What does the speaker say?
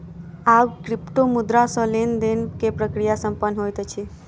आब क्रिप्टोमुद्रा सॅ लेन देन के प्रक्रिया संपन्न होइत अछि